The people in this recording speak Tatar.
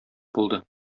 булды